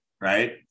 right